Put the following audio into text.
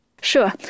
Sure